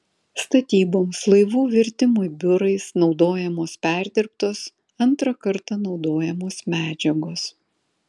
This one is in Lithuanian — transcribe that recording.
statyboms laivų virtimui biurais naudojamos perdirbtos antrą kartą naudojamos medžiagos